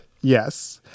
Yes